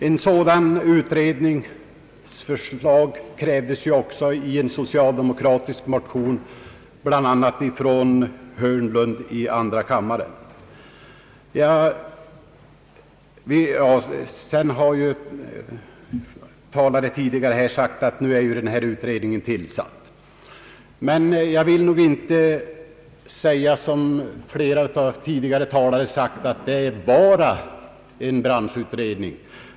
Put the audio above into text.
En sådan utredning krävdes också i en socialdemokratisk motion, bl.a. av fru Hörnlund i andra kammaren. Denna utredning har nu till satts och håller på med sitt arbete. Men jag vill inte påstå som flera tidigare talare sagt att det bara är en branschutredning.